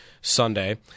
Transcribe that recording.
Sunday